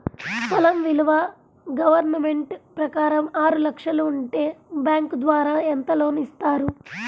పొలం విలువ గవర్నమెంట్ ప్రకారం ఆరు లక్షలు ఉంటే బ్యాంకు ద్వారా ఎంత లోన్ ఇస్తారు?